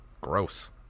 Gross